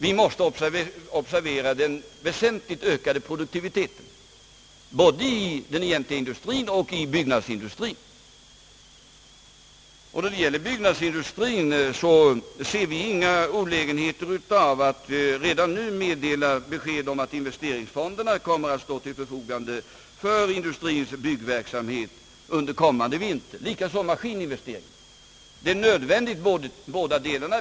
Vi måste också observera den mycket ökade produktiviteten, både i den egentliga industrin och i byggnadsindustrin. I fråga om byggnadsindustrin ser vi inga olägenheter av att redan nu meddela besked om att investeringsfonderna kommer att stå till förfogande för industrins byggverksamhet under kommande vinter och likaså för maskininvesteringar. Det är nödvändigt med båda delarna.